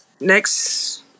next